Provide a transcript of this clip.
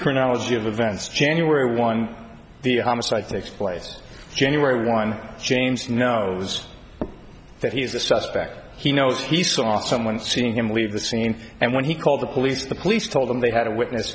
chronology of events january one the homicide takes place january one james know that he's a suspect he knows he saw someone seeing him leave the scene and when he called the police the police told them they had a witness